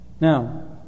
Now